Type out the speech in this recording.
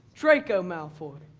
draco malfoy.